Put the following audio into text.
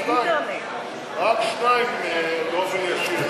רק שתיים באופן ישיר.